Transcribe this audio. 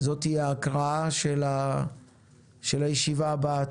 זו תהיה ההקראה של הישיבה הבאה.